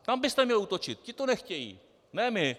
Tam byste měli útočit, ti to nechtějí, ne my.